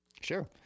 Sure